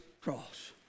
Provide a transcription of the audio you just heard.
cross